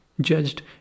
Judged